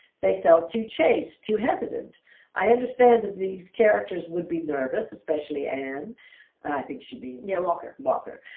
they felt too chaste too hesitant i understand that these characters would be nervous. especially anne i think she'd be neil walker walker,